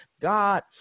god